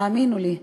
האמינו לי,